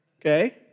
okay